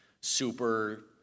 super